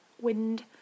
wind